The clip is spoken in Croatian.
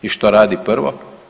I što radi prvo?